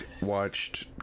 watched